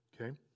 Okay